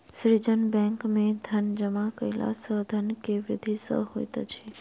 सृजन बैंक में धन जमा कयला सॅ धन के वृद्धि सॅ होइत अछि